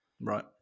Right